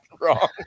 wrong